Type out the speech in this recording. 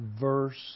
verse